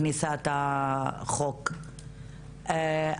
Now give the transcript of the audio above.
כלומר, החוק אמור להיכנס אוטוטו.